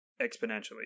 exponentially